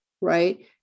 right